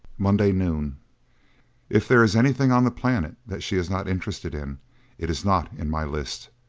monday noon if there is anything on the planet that she is not interested in it is not in my list.